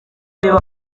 biba